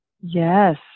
Yes